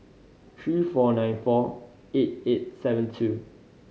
three four nine four eight eight seven two